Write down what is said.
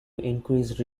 increase